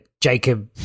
Jacob